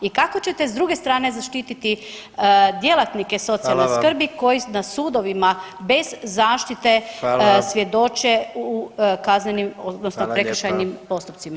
I kako ćete s druge strane, zaštititi djelatnike socijalne [[Upadica: Hvala vam.]] skrbi koji na sudovima bez zaštite [[Upadica: Hvala.]] svjedoče u kaznenim odnosno [[Upadica: Hvala lijepa.]] prekršajnim postupcima?